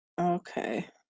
Okay